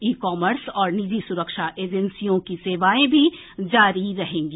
ई commerce और निजी सुरक्षा एजेंसियों की सेवाएं भी जारी रहेंगी